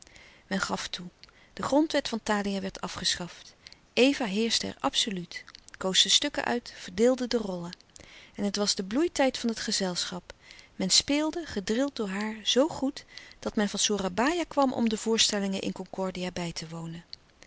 men gaf toe de grondwet van thalia werd afgeschaft eva heerschte er absoluut koos de stukken uit verdeelde de rollen en het was de bloeitijd van het gezelschap men speelde gedrild door haar zoo goed dat men van soerabaia kwam om de voorstellingen in concordia bij te wonen